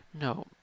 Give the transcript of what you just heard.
No